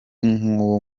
nk’uwo